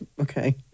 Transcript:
Okay